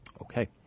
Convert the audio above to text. Okay